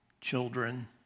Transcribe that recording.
children